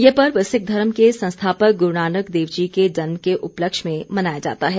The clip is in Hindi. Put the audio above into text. यह पर्व सिख धर्म के संस्थापक गुरूनानक देवजी के जन्म के उपलक्ष्य में मनाया जाता है